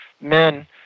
men